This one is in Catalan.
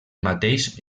mateix